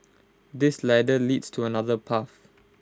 this ladder leads to another path